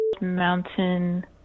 Mountain